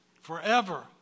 forever